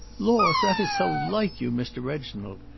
laws, that is so like you, mr. reginald.